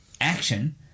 action